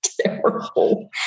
terrible